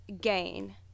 Gain